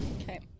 Okay